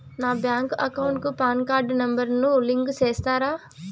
నా bank account కు PAN card number ను లింకు సేస్తారా?